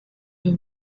the